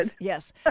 Yes